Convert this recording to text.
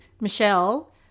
Michelle